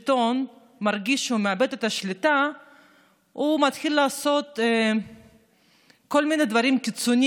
כאשר זה בלתי נתפס שאותה הממשלה ואותו ראש ממשלה שהציבור